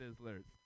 sizzler's